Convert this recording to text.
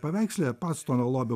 paveiksle pastono lobių